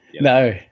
no